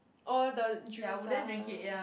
oh the juice ah